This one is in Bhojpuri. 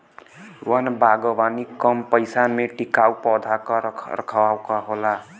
वन बागवानी कम पइसा में टिकाऊ पौधा क रख रखाव होला